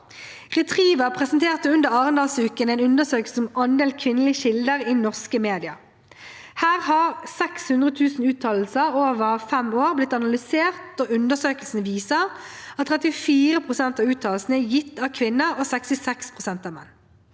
Retriever presenterte under Arendalsuka en undersøkelse om andelen kvinnelige kilder i norske medier. Her har 600 000 uttalelser over fem år blitt analysert, og undersøkelsen viser at 34 pst. av uttalelsene er gitt av kvinner og 66 pst. av menn.